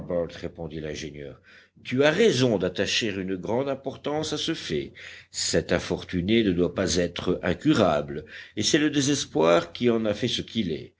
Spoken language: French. répondit l'ingénieur tu as raison d'attacher une grande importance à ce fait cet infortuné ne doit pas être incurable et c'est le désespoir qui en a fait ce qu'il est